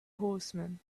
horsemen